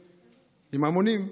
לקודמים עם המונים,